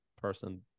person